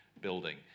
building